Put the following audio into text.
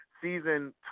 Season